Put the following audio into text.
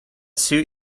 suit